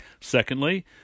Secondly